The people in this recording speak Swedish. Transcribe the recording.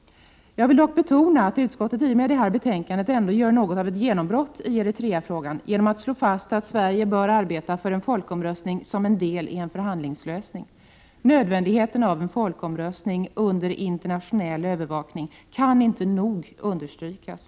Jag vill dock betona att utskottet i och med detta betänkande ändå gör något av ett genombrott i Eritreafrågan genom att slå fast att Sverige bör arbeta för en folkomröstning som en del i en förhandlingslösning. Nödvändigheten av en folkomröstning under internationell övervakning kan inte nog understrykas.